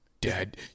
Dad